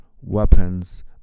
weapons